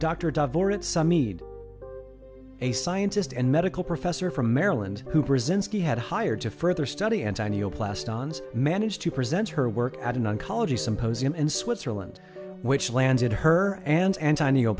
need a scientist and medical professor from maryland who brzezinski had hired to further study antonio plast ons managed to present her work at an oncology symposium in switzerland which landed her and antonio